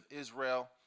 Israel